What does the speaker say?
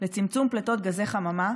לצמצום פליטות גזי חממה,